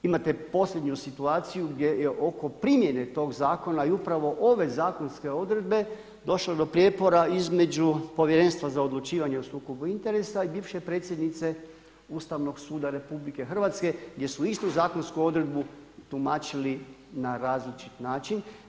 Imate posljednju situaciju gdje je oko primjene tog zakona i upravo ove zakonske odredbe došlo do prijepora između Povjerenstva za odlučivanje o sukobu interesa i bivše predsjednice Ustavnog suda RH gdje su istu zakonsku odredbu tumačili na različit način.